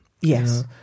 Yes